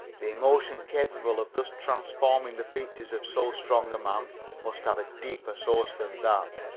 the emotion capable of thus transforming the features of so strong a man must have a deeper source than that.